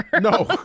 No